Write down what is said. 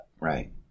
right